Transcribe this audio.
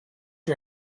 you